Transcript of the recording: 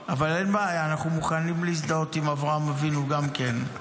בעיה, אנחנו מוכנים להזדהות עם אברהם אבינו גם כן.